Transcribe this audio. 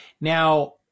now